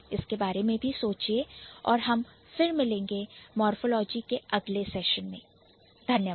इसके बारे में सोचेंऔर हम फिर मिलेंगे Morphology के अगले Session मेंधन्यवाद